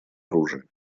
оружия